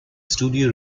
studio